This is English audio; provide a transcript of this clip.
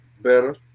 better